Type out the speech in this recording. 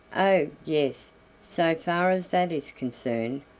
oh! yes so far as that is concerned,